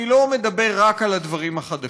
אני לא מדבר רק על הדברים החדשים,